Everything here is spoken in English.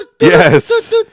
Yes